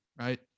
right